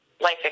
life